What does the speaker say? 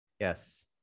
Yes